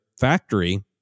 factory